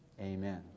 amen